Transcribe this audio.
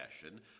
fashion